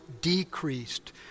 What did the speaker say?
decreased